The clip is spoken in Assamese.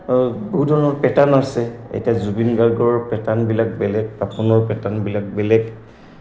বহু ধৰণৰ পেটাৰ্ণ আছে এতিয়া জুবিন গাৰ্গৰ পেটাৰ্ণবিলাক বেলেগ পাপনৰ পেটাৰ্ণবিলাক বেলেগ